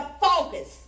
focus